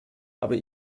aber